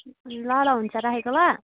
ल ल हुन्छ राखेको ल